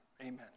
amen